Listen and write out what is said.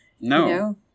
no